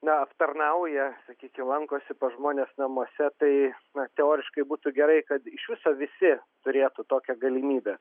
na aptarnauja sakykim lankosi pas žmones namuose tai na teoriškai būtų gerai kad iš viso visi turėtų tokią galimybę